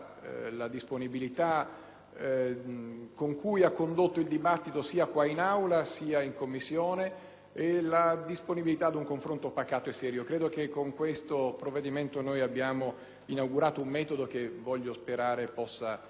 con cui ha condotto il dibattito sia in Aula, che in Commissione e per la disponibilità ad un confronto pacato e serio dimostrata. Credo che con questo provvedimento abbiamo inaugurato un metodo che, voglio sperare, potrà ripetersi anche nel futuro.